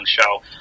show